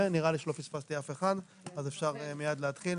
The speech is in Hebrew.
נראה לי שלא פספסתי אף אחד, אז אפשר מייד להתחיל.